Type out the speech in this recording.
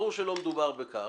ברור שלא מדובר בכך.